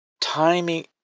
timing